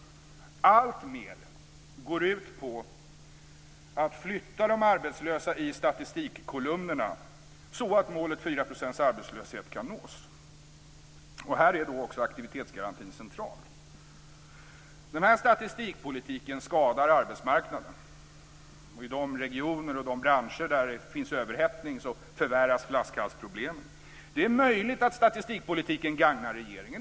Alltmer går ut på att flytta de arbetslösa i statistikkolumnerna så att målet 4 % arbetslöshet kan nås. Här är också aktivitetsgarantin central. Den här statistikpolitiken skadar arbetsmarknaden. I de regioner och de branscher där det finns överhettning förvärras flaskhalsproblemen. Det är möjligt att statistikpolitiken gagnar regeringen.